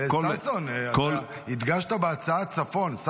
ששון, אתה הדגשת בהצעה צפון, זה